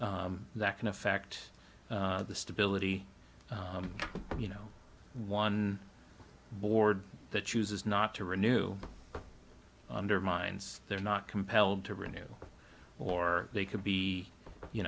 that can affect the stability you know one board that chooses not to renew undermines they're not compelled to renew or they could be you